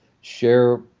share